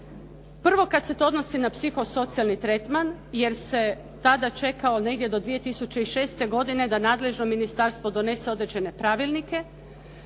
Prvo kada se to odnosi na psihosocijalni tretman jer se tada čekao negdje do 2006. godine da nadležno ministarstvo donese određene pravilnike